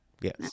Yes